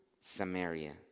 Samaria